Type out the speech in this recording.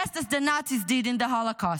just as the Nazis did in the Holocaust.